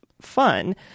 fun